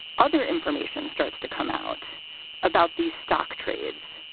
other information starts to come out about these stock trades.